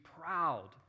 proud